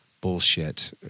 bullshit